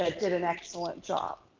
ah did an excellent job.